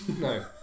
No